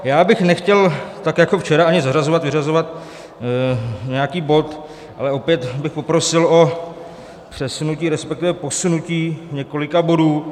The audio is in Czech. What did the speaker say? Já bych nechtěl tak jako včera zařazovat a vyřazovat nějaký bod, ale opět bych poprosil o přesunutí, resp. posunutí několika bodů.